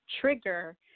trigger